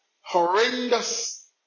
horrendous